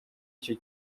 cyo